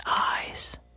eyes